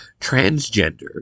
transgender